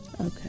Okay